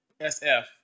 SF